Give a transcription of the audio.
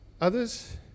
Others